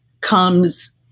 comes